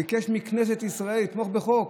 הוא ביקש מכנסת ישראל לתמוך בחוק